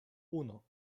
uno